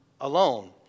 alone